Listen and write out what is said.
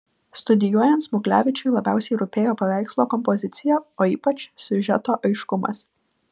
studijuojant smuglevičiui labiausiai rūpėjo paveikslo kompozicija o ypač siužeto aiškumas